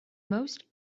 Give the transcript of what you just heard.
most